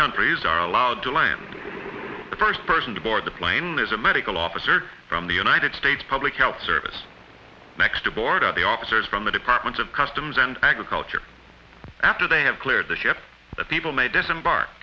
countries are allowed to land the first person to board the plane is a medical officer from the united states public health service next to board up the officers from the department of customs and agriculture after they have cleared the ship that people ma